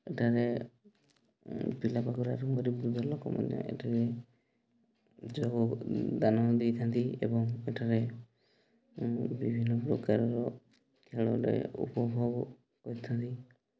ଏଠାରେ ପିଲା ପାଖରୁ ଆରମ୍ଭ କରି ବୃଦ୍ଧ ଲୋକ ମଧ୍ୟ ଏଠାରେ ଯୋଗଦାନ ଦେଇଥାନ୍ତି ଏବଂ ଏଠାରେ ବିଭିନ୍ନ ପ୍ରକାରର ଖେଳରେ ଉପଭୋଗ କରିଥାନ୍ତି